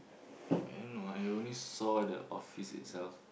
I don't know I only saw the office itself